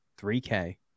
$3K